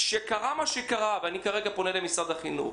כשקרה מה שקרה ואני כרגע פונה למשרד החינוך,